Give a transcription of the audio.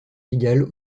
légale